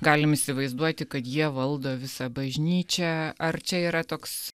galim įsivaizduoti kad jie valdo visą bažnyčią ar čia yra toks